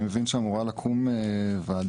אני מבין שאמורה לקום ועדה,